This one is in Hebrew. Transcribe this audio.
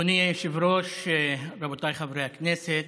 אדוני היושב-ראש, רבותיי חברי הכנסת,